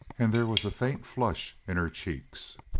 and there was a faint flush in her cheeks.